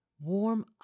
warm